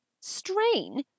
Strain